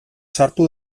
sartu